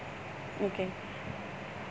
okay